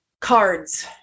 Cards